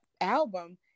album